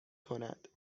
کند